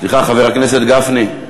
סליחה, חבר הכנסת גפני.